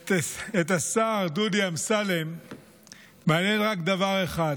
את השר דודי אמסלם מעניין רק דבר אחד: